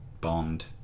Bond